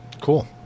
Cool